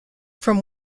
from